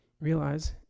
Realize